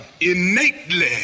innately